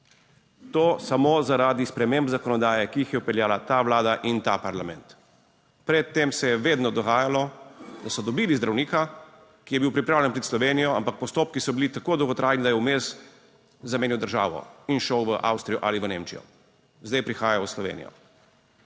To samo zaradi sprememb zakonodaje, ki jih je vpeljala ta Vlada in ta parlament. Pred tem se je vedno dogajalo, da so dobili zdravnika, ki je bil pripravljen priti v Slovenijo, ampak postopki so bili tako dolgotrajni, da je vmes zamenjal državo in šel v Avstrijo ali v Nemčijo, zdaj prihaja v Slovenijo.